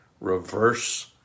reverse